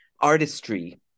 artistry